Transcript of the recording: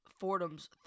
Fordham's